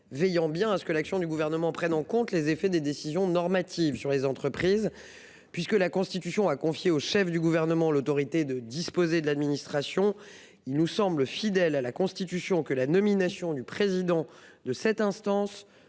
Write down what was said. veillant à ce que l’action du Gouvernement prenne en compte les effets des décisions normatives sur les entreprises. Puisque la Constitution a confié au chef du Gouvernement l’autorité de disposer de l’administration, il nous semble fidèle à Constitution que la nomination du président de cette instance